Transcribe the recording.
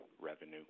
revenue